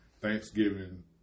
Thanksgiving